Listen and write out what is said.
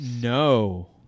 no